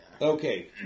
Okay